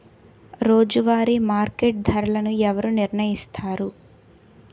రోజువారి మార్కెట్ ధరలను ఎవరు నిర్ణయిస్తారు?